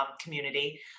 community